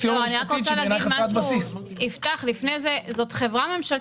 זאת חברה ממשלתית.